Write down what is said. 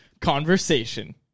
Conversation